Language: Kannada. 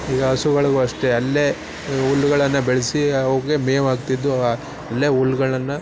ಈಗ ಹಸುಗಳ್ಗು ಅಷ್ಟೇ ಅಲ್ಲೇ ಹುಲ್ಗಳನ್ನು ಬೆಳೆಸಿ ಅವ್ಕೆ ಮೇವು ಹಾಕ್ತಿದ್ದು ಅಲ್ಲೇ ಹುಲ್ಗಳನ್ನ